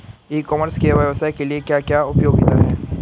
ई commerce के व्यवसाय के लिए क्या उपयोगिता है?